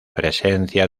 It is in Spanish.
presencia